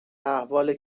احوال